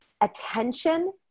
Attention